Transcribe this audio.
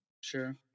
Sure